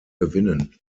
gewinnen